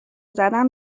زدن